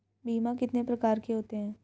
बीमा कितने प्रकार के होते हैं?